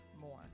more